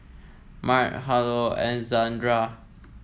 Mart Harlow and Zandra